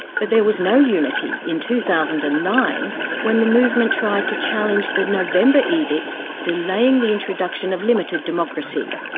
but there was no unity in two thousand and nine when the movement tried to challenge the november edict delaying the introduction of limited democracy.